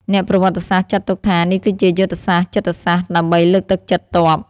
អ្នកប្រវត្តិសាស្ត្រចាត់ទុកថា នេះគឺជាយុទ្ធសាស្ត្រចិត្តសាស្ត្រដើម្បីលើកទឹកចិត្តទ័ព។